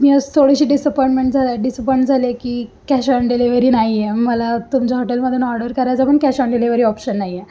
मी आज थोडीशी डिसअपॉईंटमेंट झाला आहे डिसपॉईंट झाले की कॅश ऑन डिलेवरी नाही आहे मला तुमच्या हॉटेलमधून ऑर्डर करायचं पण कॅश ऑन डिलेवरी ऑप्शन नाही आहे